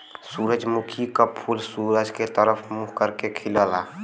सूरजमुखी क फूल सूरज के तरफ मुंह करके खिलला